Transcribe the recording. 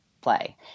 play